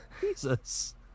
Jesus